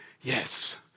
Yes